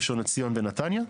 ראשון לציון ונתניה.